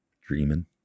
Dreaming